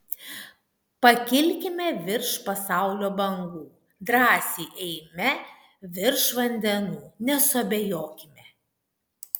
pakilkime virš pasaulio bangų drąsiai eime virš vandenų nesuabejokime